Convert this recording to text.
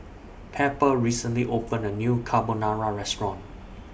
Pepper recently opened A New Carbonara Restaurant